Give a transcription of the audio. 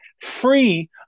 free